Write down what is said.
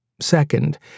Second